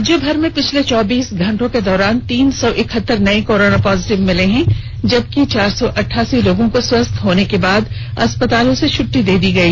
राज्यभर मे पिछले चौबीस घंटे के दौरान तीन सौ इकहत्तर नये कोरोना पॉजिटिव मिले हैं जबकि चार सौ अट्ठासी लोगों को स्वस्थ होने के बाद अस्पतालों से छुट्टी दी गई